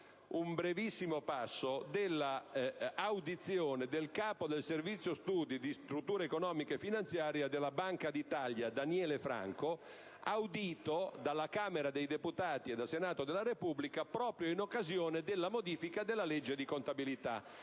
un brevissimo passo dell'audizione del capo del Servizio studi di struttura economica e finanziaria della Banca d'Italia, Daniele Franco, audito dalla Camera dei deputati e dal Senato della Repubblica proprio in occasione della modifica della legge di contabilità